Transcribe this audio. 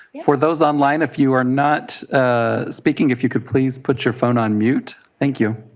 for those online if you are not speaking if you could please put your phone on mute. thank you.